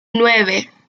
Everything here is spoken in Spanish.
nueve